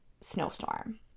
snowstorm